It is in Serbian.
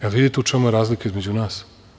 Da li vidite u čemu je razlika između nas?